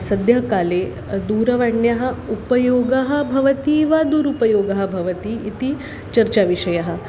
सद्यः काले दूरवण्याः उपयोगः भवति वा दुरुपयोगः भवति इति चर्चा विषयः